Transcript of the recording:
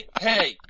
hey